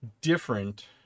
different